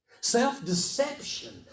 self-deception